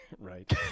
Right